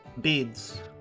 beads